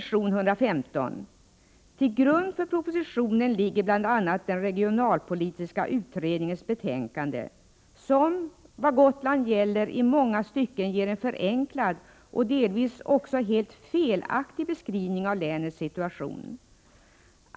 Till grund för den nu aktuella propositionen ligger bl.a. den regionalpolitiska utredningens betänkande, som beträffande Gotland i många stycken ger en förenklad och delvis också helt felaktig beskrivning av länets situation.